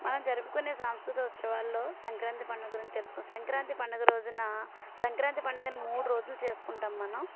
మనం జరుపుకునే సాంస్కృతిక ఉత్సవాలలో సంక్రాంతి పండగ గురించి తెలుసుకో సంక్రాంతి పండగ రోజున సంక్రాంతి పండగను మూడు రోజులు చేసుకుంటాము మనం